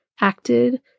acted